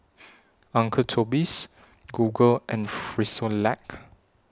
Uncle Toby's Google and Frisolac